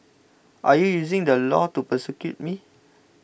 are you using the law to persecute me